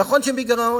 נכון שהם בגירעון,